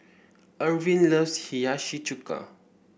Ervin loves Hiyashi Chuka